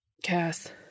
Cass